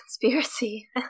conspiracy